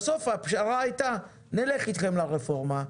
בסוף הפשרה הייתה נלך אתכם לרפורמה,